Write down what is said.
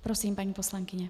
Prosím, paní poslankyně.